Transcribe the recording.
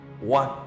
one